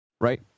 right